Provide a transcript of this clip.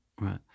Right